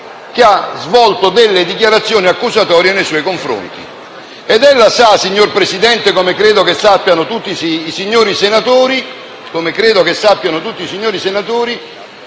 che ha svolto dichiarazioni accusatorie nei suoi confronti? Ella sa, signor Presidente - come credo sappiano tutti i signori senatori